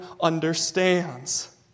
understands